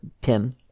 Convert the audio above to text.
PIM